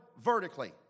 vertically